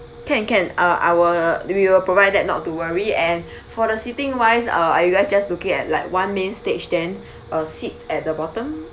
can can uh I will we will provide that not to worry and for the seating wise uh are you guys just looking at like one main stage then a seat at the bottom